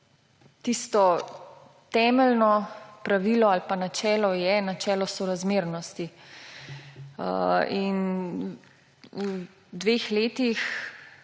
tisto temeljno pravilo ali načelo pa je načelo sorazmernosti. V slabih dveh letih